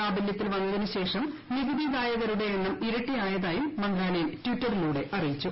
പ്രാബലൃത്തിൽ വന്നതിനു ശേഷം നികുതിദായകരുള്ളൂ എണ്ണം ഇരട്ടി ആയതായും മന്ത്രാലയം ട്വിറ്ററിലൂടെ അറിയിച്ചു